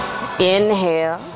inhale